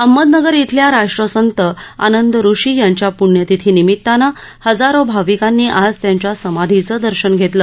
अहमदनगर ब्रिल्या राष्ट्रसंत आनंद ऋषी यांच्या पूण्यतिथी निमित्तानं हजारो भाविकांनी आज त्यांच्या समाधीचे दर्शन घेतलं